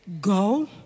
go